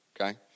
okay